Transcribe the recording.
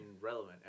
relevant